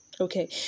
Okay